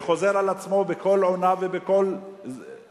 וחוזר על עצמו בכל עונה ובכל הזדמנות,